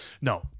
no